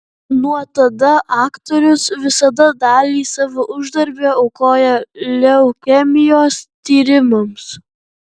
nuo tada aktorius visada dalį savo uždarbio aukoja leukemijos tyrimams